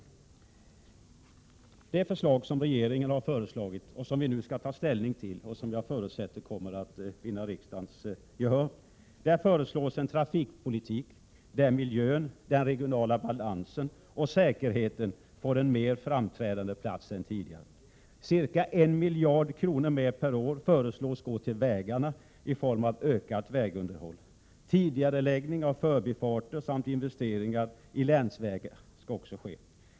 I det förslag som regeringen har presenterat, som vi nu skall ta ställning till och som jag förutsätter kommer att vinna riksdagens gehör, föreslås en trafikpolitik där miljön, den regionala balansen och säkerheten har en mer framträdande plats än tidigare. Ca 1 miljard kronor mer per år föreslås gå till vägarna i form av ökat vägunderhåll. Tidigareläggning av förbifarter samt investeringar i länsvägar skall också ske.